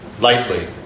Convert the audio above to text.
lightly